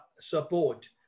support